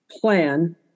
plan